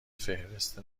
فهرست